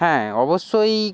হ্যাঁ অবশ্যই